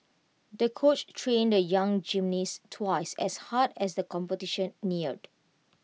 the coach trained the young gymnast twice as hard as the competition neared